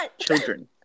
children